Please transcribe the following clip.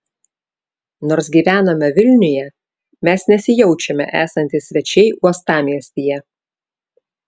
nors gyvename vilniuje mes nesijaučiame esantys svečiai uostamiestyje